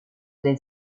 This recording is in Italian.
del